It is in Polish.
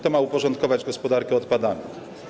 To ma uporządkować gospodarkę odpadami.